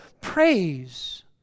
praise